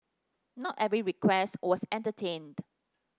not every request was entertained